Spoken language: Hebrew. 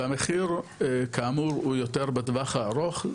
והמחיר כאמור הוא יותר בטווח הארוך,